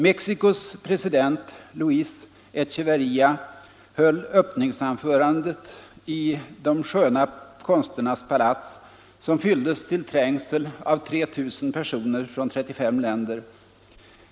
Mexicos president, Luis Echeverria, höll öppningsanförandet i De sköna konsternas palats, som fylldes till trängsel av 3 000 personer från 35 länder.